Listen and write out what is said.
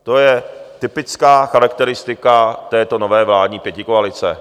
To je typická charakteristika této nové vládní pětikoalice.